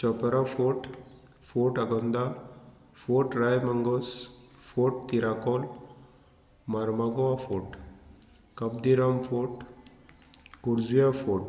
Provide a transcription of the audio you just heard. Chapra fort fort Agonda fort Reis Magos fort Tiracol Mormugao fort Cabo de Rama fort Corjuem fort